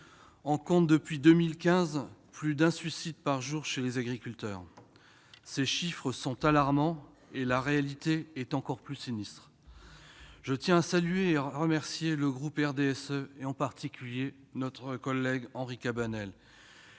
on compte plus d'un suicide par jour chez les agriculteurs. Les chiffres sont alarmants, et la réalité est encore plus sinistre. C'est pourquoi je tiens à saluer et à remercier le groupe RDSE, en particulier notre collègue Henri Cabanel,